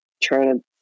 trying